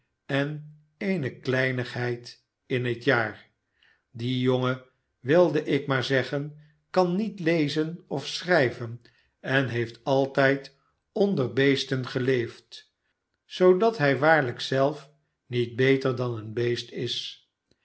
en eene kleinigheid in het jaar die jongen wilde ik maar zeggen kan niet lezen of schrijven en heeft altijd onder beesten geleefd zoodat hij waarlijk zelf niet beter dan een beest is